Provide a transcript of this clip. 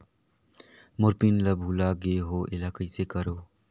मोर PIN ला भुला गे हो एला कइसे करो?